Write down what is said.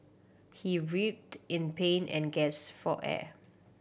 he writhed in pain and gaps for air